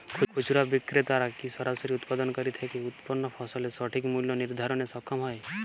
খুচরা বিক্রেতারা কী সরাসরি উৎপাদনকারী থেকে উৎপন্ন ফসলের সঠিক মূল্য নির্ধারণে সক্ষম হয়?